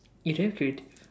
you don't have creative